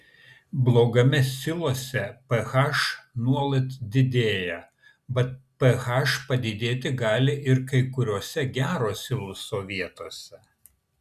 blogame silose ph nuolat didėja bet ph padidėti gali ir kai kuriose gero siloso vietose